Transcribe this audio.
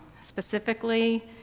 Specifically